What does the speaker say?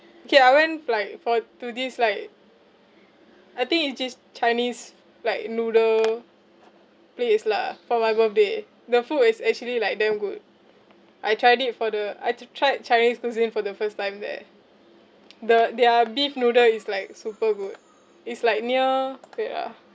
okay I went like for to this like I think it's this chinese like noodle place lah for my birthday the food is actually like damn good I tried it for the I t~ tried chinese cuisine for the first time there the their beef noodle is like super good it's like near wait ah